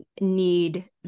need